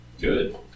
Good